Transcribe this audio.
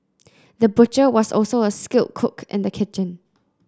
the butcher was also a skilled cook in the kitchen